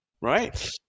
right